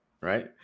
right